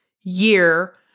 year